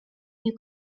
you